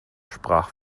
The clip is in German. sprach